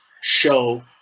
show